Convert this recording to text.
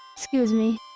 excuse me!